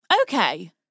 Okay